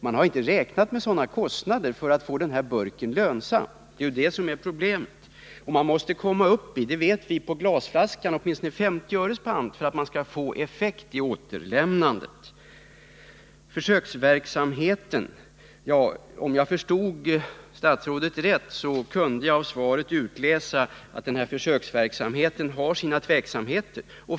Man har inte räknat med sådana kostnader när man kalkylerat med att den här burken skulle bli lönsam. Det är det som är problemet. Vi vet när det gäller glasflaskor att man måste komma upp i en pant på åtminstone 50 öre för att det skall ge någon effekt då det gäller återlämnandet. Om jag förstod statsrådet rätt borde jag av svaret kunna utläsa att det föreligger viss tveksamhet beträffande den här försöksverksamheten.